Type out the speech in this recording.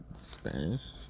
Spanish